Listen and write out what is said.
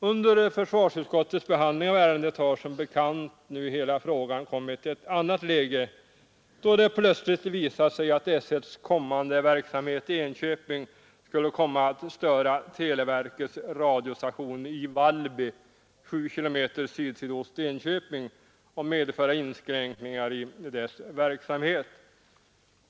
Under försvarsutskottets behandling av ärendet har som bekant hela frågan nu kommit i ett annat läge, då det plötsligt har visat sig att S 1:s kommande verksamhet i Enköping skulle störa televerkets radiostation i Vallby, 7 km sydsydost Enköping, och medföra inskränkningar i dess verksamhet.